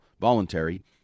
voluntary